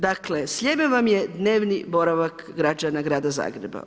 Dakle Sljeme vam je dnevni boravak građana grada Zagreba.